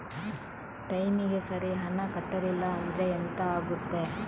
ಟೈಮಿಗೆ ಸರಿ ಹಣ ಕಟ್ಟಲಿಲ್ಲ ಅಂದ್ರೆ ಎಂಥ ಆಗುತ್ತೆ?